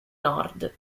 nord